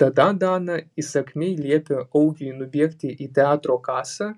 tada dana įsakmiai liepė augiui nubėgti į teatro kasą